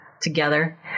together